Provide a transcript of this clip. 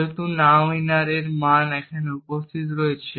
যেহেতু nowinner এর মান এখানে উপস্থিত রয়েছে